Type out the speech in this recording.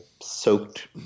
soaked